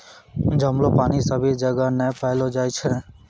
जमलो पानी सभी जगह नै पैलो जाय छै